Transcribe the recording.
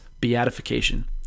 beatification